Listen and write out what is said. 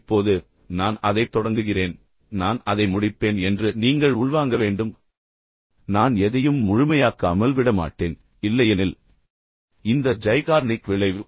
இப்போது நான் அதை தொடங்குகிறேன் நான் அதை முடிப்பேன் என்று நீங்கள் உள்வாங்க வேண்டும் என்று நான் விரும்புகிறேன் நான் எதையும் முழுமையாக்காமல் விடமாட்டேன் இல்லையெனில் இந்த ஜைகார்னிக் விளைவு